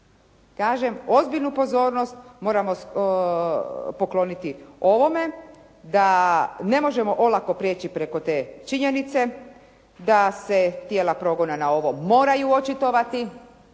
Kažem ozbiljnu pozornost moramo pokloniti ovome da ne možemo olako prijeći preko te činjenice da se tijela progona na ovo moraju očitovati,